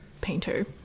painter